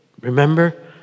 remember